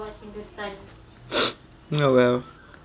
no well